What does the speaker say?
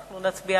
אנחנו נצביע,